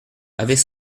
avait